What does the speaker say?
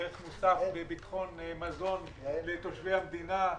ערך מוסף בביטחון מזון לתושבי המדינה,